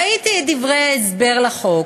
ראיתי את דברי ההסבר לחוק,